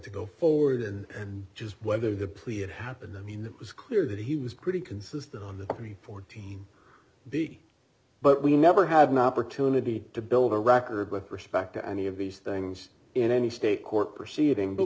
to go forward and just whether the plea it happened i mean it was clear that he was pretty consistent on that fourteen b but we never have an opportunity to build a record with respect to any of these things in any state court proceeding b